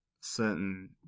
certain